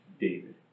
David